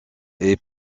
est